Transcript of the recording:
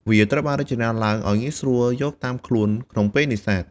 វាត្រូវបានរចនាឡើងឲ្យងាយស្រួលយកតាមខ្លួនក្នុងពេលនេសាទ។